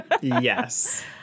yes